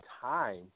time